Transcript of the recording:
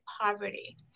poverty